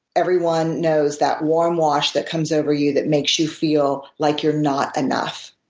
everyone knows that warm wash that comes over you that makes you feel like you're not enough.